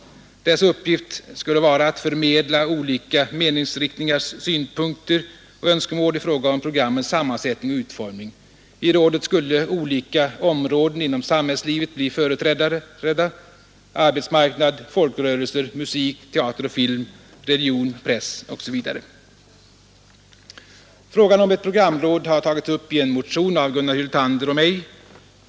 Dess uppgift skulle vara att förmedla olika meningsriktningars synpunkter och önskemål i fråga om programmens sammansättning och utformning. I rådet skulle olika områden inom samhällslivet bli företrädda: arbetsmarknad, folkrörelser, musik, teater och film, religion, press osv. Frågan om ett programråd har tagits upp i en motion av Gunnar Hyltander och mig.